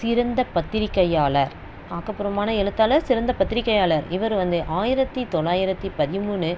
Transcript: சிறந்த பத்திரிகையாளர் ஆக்கப்பூர்வமான எழுத்தாளர் சிறந்த பத்திரிகையாளர் இவர் வந்து ஆயிரத்தி தொள்ளாயிரத்தி பதிமூணு